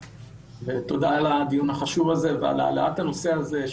תודה על הדיון החשוב ועל העלאת הנושא הזה.